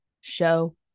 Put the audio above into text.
show